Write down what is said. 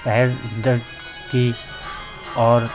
पैर दर्द की और